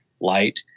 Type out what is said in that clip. light